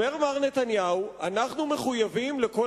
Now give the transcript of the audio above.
אומר מר נתניהו: אנחנו מחויבים לכל